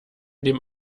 dem